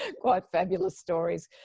ah quite fabulous stories,